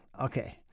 Okay